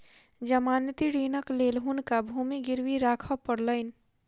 जमानती ऋणक लेल हुनका भूमि गिरवी राख पड़लैन